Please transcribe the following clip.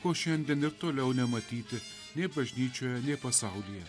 ko šiandien ir toliau nematyti nei bažnyčioje nei pasaulyje